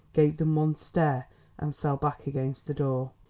gave them one stare and fell back against the door.